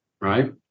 right